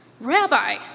Rabbi